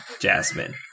jasmine